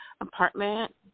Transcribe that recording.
apartment